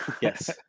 yes